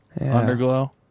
underglow